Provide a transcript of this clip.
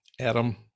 Adam